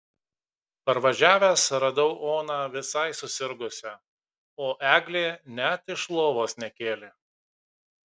parvažiavęs radau oną visai susirgusią o eglė net iš lovos nekėlė